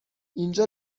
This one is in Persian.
اینجا